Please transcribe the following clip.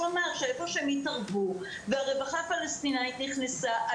ואמר שאיפה שהם התערבו והרווחה הפלסטינאית נכנסה,